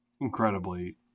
incredibly